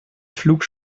flug